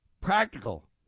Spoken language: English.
practical